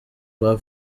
rwa